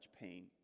pain